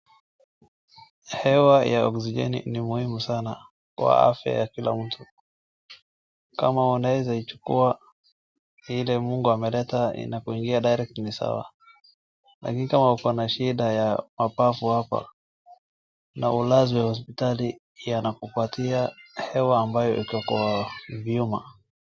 Hewa ya oxijeni ni muhimu sana kwa afya ya kila mtu. Kama unaweza ichukua ile Mungu ameleta inakuingia direct ni sawa. Lakini kama uko na shida ya mapafu hapa na ulazwe hospitali yanakupatia hewa ambayo iko kwa vyuma.